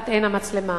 לעין המצלמה.